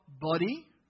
body